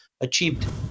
achieved